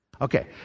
Okay